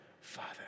Father